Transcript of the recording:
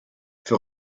für